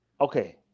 okay